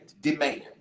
demand